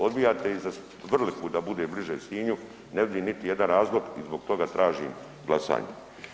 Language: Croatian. Odbijate i za Vrliku da bude bliže Sinju, ne vidim niti jedan razlog i zbog toga tražim glasanje.